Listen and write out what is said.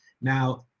now